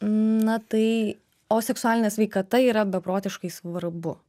na tai o seksualinė sveikata yra beprotiškai svarbu